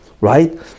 right